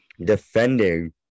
defending